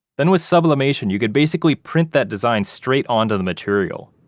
then with sublimation you could basically print that design straight onto the material,